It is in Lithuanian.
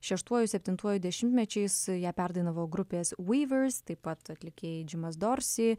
šeštuoju septintuoju dešimtmečiais ją perdainavo grupės vyvers taip pat atlikėjai džimas dorsi